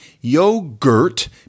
yogurt